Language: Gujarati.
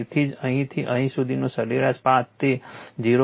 તેથી જ અહીંથી અહીં સુધીનો સરેરાશ પાથ તે 0